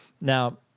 Now